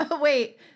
Wait